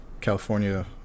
California